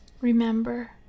Remember